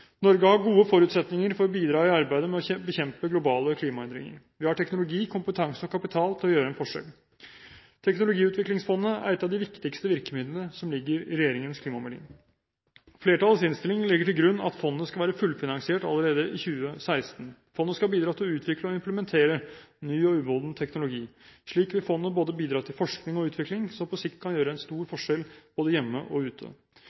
Norge har gode forutsetninger for å bidra i arbeidet med å bekjempe globale klimaendringer. Vi har teknologi, kompetanse og kapital til å gjøre en forskjell. Teknologiutviklingsfondet er et av de viktigste virkemidlene som ligger i regjeringens klimamelding. Flertallets innstilling legger til grunn at fondet skal være fullfinansiert allerede i 2016. Fondet skal bidra til å utvikle og implementere ny og umoden teknologi. Slik vil fondet bidra til både forskning og utvikling, som på sikt kan gjøre en stor forskjell både hjemme og ute.